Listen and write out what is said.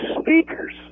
speakers